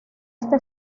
esta